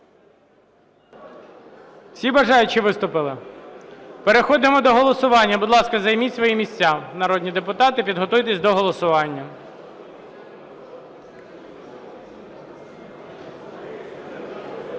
Всі бажаючі виступили? Переходимо до голосування. Будь ласка, займіть свої місця, народні депутати, підготуйтеся до голосування.